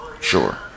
sure